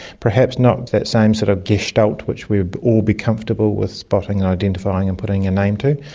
perhaps not that same sort of gestalt which we would all be comfortable with spotting, identifying and putting a name to,